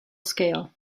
scale